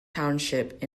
township